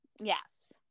Yes